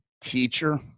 teacher